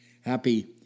Happy